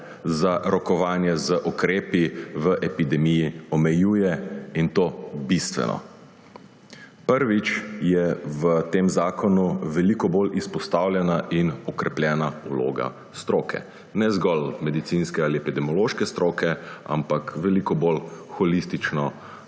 za rokovanje z ukrepi v epidemiji omejuje, in to bistveno. Prvič je v tem zakonu veliko bolj izpostavljena in okrepljena vloga stroke. Ne zgolj medicinske ali epidemiološke stroke, ampak veliko bolj holistične